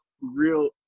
real